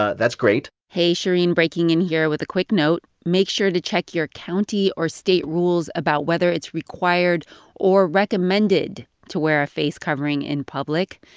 ah that's great hey. shereen breaking in here with a quick note. make sure to check your county or state rules about whether it's required or recommended to wear a face covering in public.